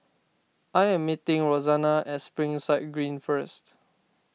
I am meeting Rosanna at Springside Green first